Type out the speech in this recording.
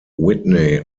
whitney